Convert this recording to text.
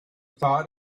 thought